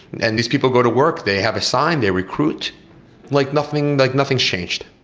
and these people go to work, they have a sign, they recruit like nothing's like nothing's changed.